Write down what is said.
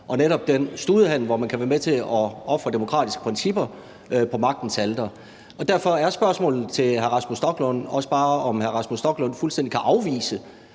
og netop den studehandel, hvor man kan være med til at ofre demokratiske principper på magtens alter. Derfor er spørgsmålet til hr. Rasmus Stoklund også bare, om hr. Rasmus Stoklund fuldstændig kan afvise,